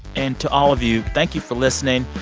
and to all of you, thank you for listening.